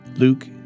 Luke